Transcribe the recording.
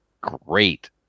great